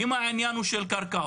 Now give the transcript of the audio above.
אם העניין הוא של קרקעות,